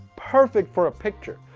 perfect for a picture.